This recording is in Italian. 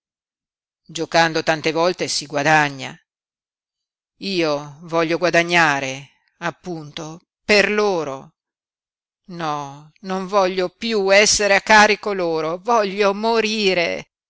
giocando tante volte si guadagna io voglio guadagnare appunto per loro no non voglio piú essere a carico loro voglio morire